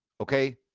okay